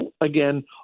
again